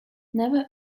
never